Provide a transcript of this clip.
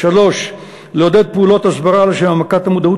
3. לעודד פעולות הסברה לשם העמקת המודעות